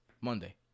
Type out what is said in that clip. Monday